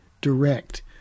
direct